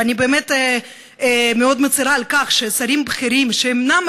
ואני באמת מאוד מצירה על כך ששרים בכירים שאינם